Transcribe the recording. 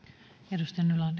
arvoisa